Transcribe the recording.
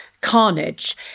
carnage